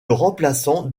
remplaçant